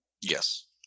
yes